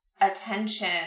attention